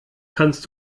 kannst